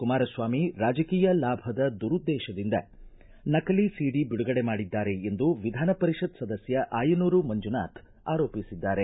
ಕುಮಾರಸ್ವಾಮಿ ರಾಜಕೀಯ ಲಾಭದ ದುರುದ್ದೇತದಿಂದ ನಕಲಿ ಸಿಡಿ ಬಿಡುಗಡೆ ಮಾಡಿದ್ದಾರೆ ಎಂದು ವಿಧಾನ ಪರಿಷತ್ ಸದಸ್ಯ ಆಯನೂರು ಮಂಜುನಾಥ ಆರೋಪಿಸಿದ್ದಾರೆ